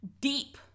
deep